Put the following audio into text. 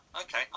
okay